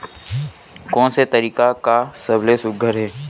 कोन से तरीका का सबले सुघ्घर हे?